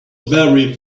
very